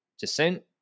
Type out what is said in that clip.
descent